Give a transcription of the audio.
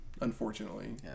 unfortunately